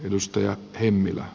äänestäen tehtiin